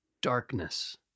darkness